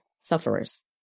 sufferers